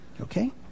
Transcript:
Okay